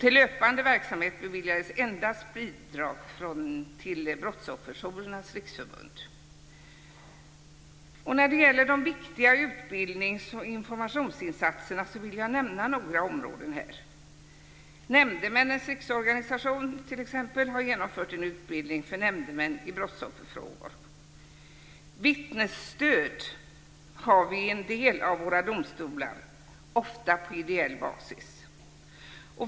Till löpande verksamhet beviljades endast bidrag till Brottsofferjourernas Riksförbund. När det gäller de viktiga utbildnings och informationsinsatserna vill jag nämna några områden. Nämndemännens Riksorganisation har t.ex. genomfört en utbildning för nämndemän i brottsofferfrågor. Vid en del av våra domstolar har vi vittnesstöd, ofta på ideell basis.